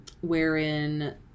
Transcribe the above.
wherein